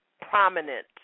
prominent